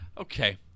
Okay